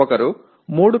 ஒருவர் 3 P